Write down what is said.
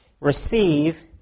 receive